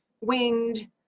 winged